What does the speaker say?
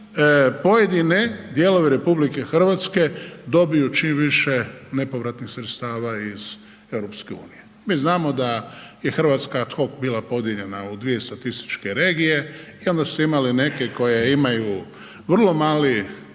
pojedine dijelove RH dobiju čim više nepovratnih sredstava iz EU. Mi znamo da je Hrvatska ad hoc bila podijeljena u dvije statističke regije i onda ste imali neke koje imaju vrlo mali